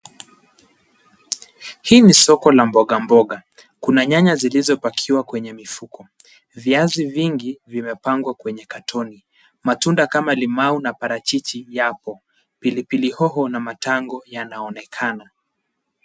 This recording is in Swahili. Hii ni soko la mboga mboga. Kuna nyanya zilizopakiwa kwenye mifuko. Viazi vingi vimepangwa kwenye katoni. Matunda kama limau na parachich yapo. Pilipili hoho na matango yanaonekana.